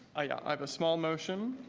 i have a small motion.